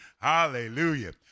Hallelujah